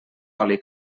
oli